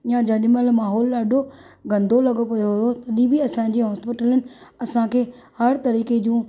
या जेॾीमहिल माहौल ॾाढो गंदो लॻो पियो हुओ तॾहिं बि असांजी हास्पीटलुनि असांखे हर तरीक़े जूं